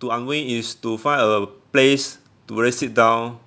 to unwind is to find a place to really sit down